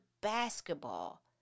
basketball